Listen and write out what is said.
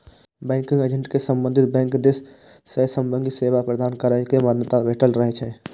banking agent कें संबंधित bank दिस सं बैंकिंग सेवा प्रदान करै के मान्यता भेटल रहै छै